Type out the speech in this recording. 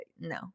no